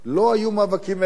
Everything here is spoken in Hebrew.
לא היו מאבקים מעבר.